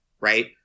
right